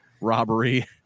robbery